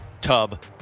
tub